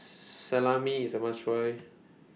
Salami IS A must Try